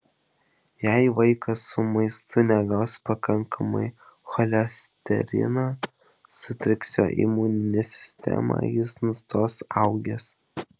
jei vaikas su maistu negaus pakankamai cholesterino sutriks jo imuninė sistema jis nustos augęs